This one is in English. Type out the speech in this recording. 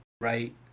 right